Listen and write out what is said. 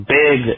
big